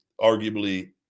arguably